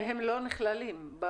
והם לא נכללים במספר.